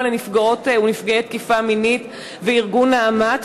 לנפגעות ולנפגעי תקיפה מינית וארגון "נעמת",